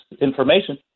information